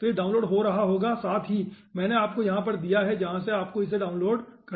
तो यह डाउनलोड हो रहा होगा साथ ही मैंने आपको यहां पर दिया है जहां से आपको इसे डाउनलोड करना है